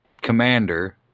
commander